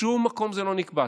בשום מקום זה לא נקבע.